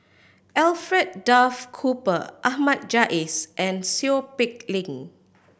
Alfred Duff Cooper Ahmad Jais and Seow Peck Leng